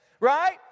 right